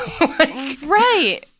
Right